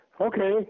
Okay